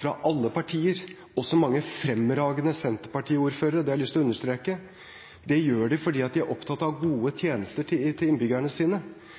fra alle partier, også mange fremragende senterpartiordførere – det har jeg lyst å understreke – gjør de fordi de er opptatt av gode